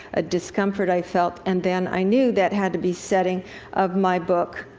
a discomfort i felt. and then i knew that had to be setting of my book.